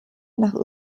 nach